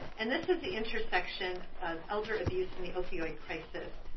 and this is the intersection of elder abuse and the opioid crisis.